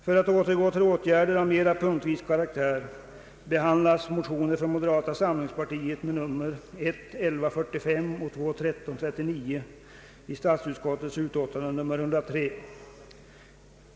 För att återgå till åtgärder av mera punktvis karaktär vill jag nämna att motioner från moderata samlingspartiet med nr I:11435 och II:1339 behandlas i statsutskottets utlåtande nr 103.